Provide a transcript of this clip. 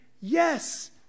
yes